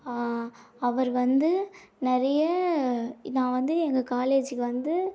அவர் வந்து நிறைய நான் வந்து எங்கள் காலேஜிக்கு வந்து